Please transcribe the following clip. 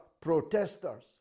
protesters